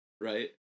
Right